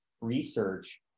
research